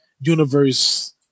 universe